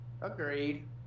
Agreed